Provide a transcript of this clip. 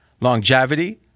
Longevity